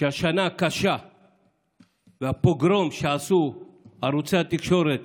שהשנה הקשה והפוגרום שעשו ערוצי התקשורת